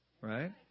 Right